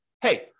hey